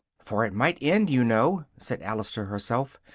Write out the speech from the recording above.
for it might end, you know, said alice to herself,